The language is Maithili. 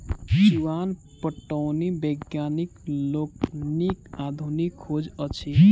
चुआन पटौनी वैज्ञानिक लोकनिक आधुनिक खोज अछि